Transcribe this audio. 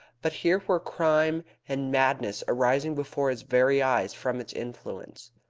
but here were crime and madness arising before his very eyes from its influence.